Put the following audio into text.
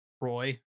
Roy